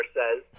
says